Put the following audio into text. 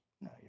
No